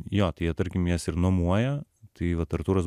jo tai jie tarkim jas ir nuomuoja tai vat artūras